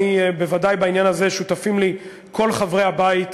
ובוודאי בעניין הזה שותפים לי כל חברי הבית,